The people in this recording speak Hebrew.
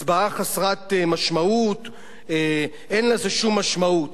הצבעה חסרת משמעות, אין לזה שום משמעות.